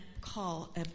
call